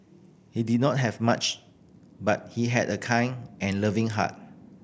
he did not have much but he had a kind and loving heart